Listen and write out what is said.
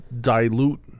dilute